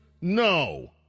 no